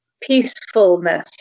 peacefulness